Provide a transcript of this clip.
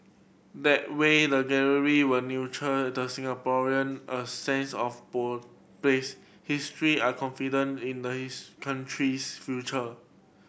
that way the gallery will nurture in the Singaporean a sense of ball place history are confident in the his country's future